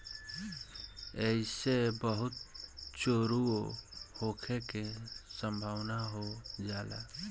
ऐइसे बहुते चोरीओ होखे के सम्भावना हो जाला